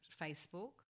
Facebook